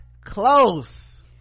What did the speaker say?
close